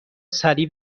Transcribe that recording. سریع